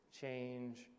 change